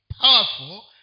powerful